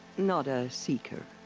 not a. seeker.